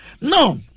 No